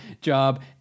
job